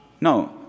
No